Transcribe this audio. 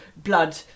blood